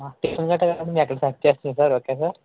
okay sir